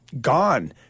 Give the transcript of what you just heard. gone